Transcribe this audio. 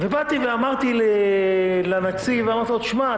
ובאתי ואמרתי לנציב: תשמע,